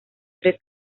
tres